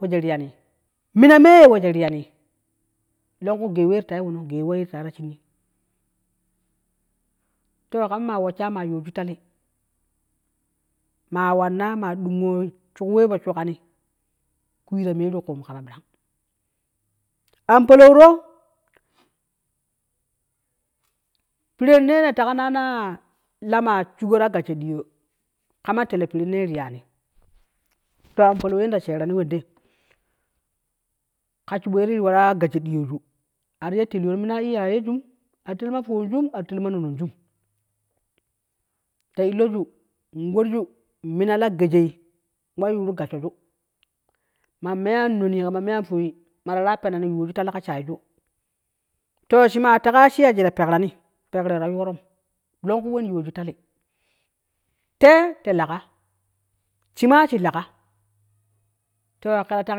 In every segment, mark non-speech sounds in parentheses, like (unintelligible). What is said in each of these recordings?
Wejo re ya nei, mina ma wejo reyani lonku gei we ti ta wono, (unintelligible) to kan ma wee ha ma yuwoju tale, ma wa nan ma dudn shuk we po kwee ta meru ku mu kanma, an palow do perene ne teka na nan lema shug to gasho di yo kama telo pene reyani, to an palow ka shebo ye la wara gasho diyoju ati ya telyo ti mina iyayenju a ti tel ma fowungu a ti tel ma nonoju ta iloju in warju mina la gejee wa yuru gashoju ma me an nono kama me an fowe ma ma ta wa penei yuwoju tale kan shaiju. To shima teka sa shii ta pekrane, pekro ta yaroo lanku yuwoju tale tei te lega, shii ma shii lega to ke tan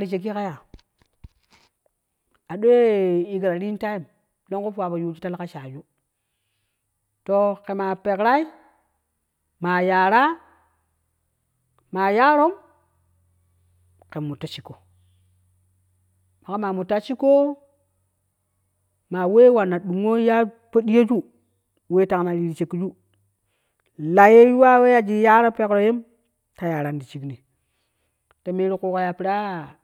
reshake ka ya, a ɗoo ye keta reni tee lon ku fewa pe yoju tale kan shiiju to make pere ma yara ma yaron ke muto sheko ma ko muta shi ko ma we wanna dung ya fo deyoju wei tan re shekiju la ye yuwa we yani yaro pero yem ta yarani ti shell ne meru ku go ya peree.